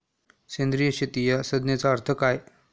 सेंद्रिय शेती या संज्ञेचा अर्थ काय?